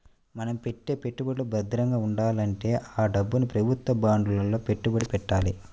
మన పెట్టే పెట్టుబడులు భద్రంగా ఉండాలంటే ఆ డబ్బుని ప్రభుత్వ బాండ్లలో పెట్టుబడి పెట్టాలి